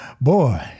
Boy